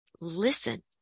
listen